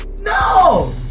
No